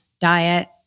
diet